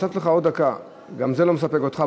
הוספתי לך עוד דקה וגם זה לא מספק אותך,